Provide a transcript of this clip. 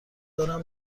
دارم